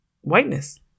whiteness